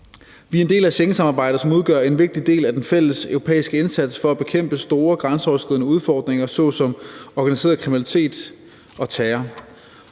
Vi er en del af Schengensamarbejdet, som udgør en vigtig del af den fælleseuropæiske indsats for at bekæmpe store grænseoverskridende udfordringer såsom organiseret kriminalitet og terror.